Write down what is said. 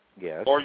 Yes